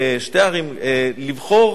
שתי ערים, לבחור